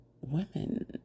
women